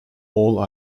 all